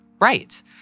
Right